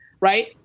right